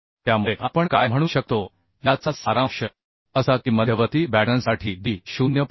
त्यामुळे आपण काय म्हणू शकतो याचा सारांश असा की मध्यवर्ती बॅटनसाठी d 0